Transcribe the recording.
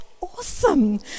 awesome